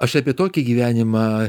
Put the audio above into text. aš apie tokį gyvenimą